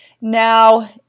Now